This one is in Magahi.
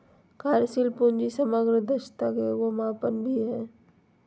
कार्यशील पूंजी समग्र दक्षता के एगो मापन भी हइ